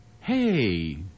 Hey